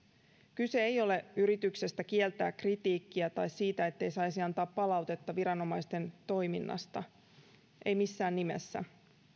kyse ei ole yrityksestä kieltää kritiikkiä tai siitä ettei saisi antaa palautetta viranomaisten toiminnasta ei missään nimessä